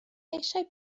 eisiau